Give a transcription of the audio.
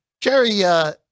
Jerry